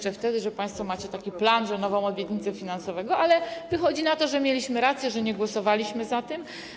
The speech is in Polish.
Nie wiedzieliśmy, że państwo macie taki plan, nową obietnicę finansową, ale wychodzi na to, że mieliśmy rację, że nie głosowaliśmy za tym.